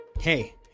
Hey